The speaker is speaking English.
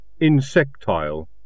insectile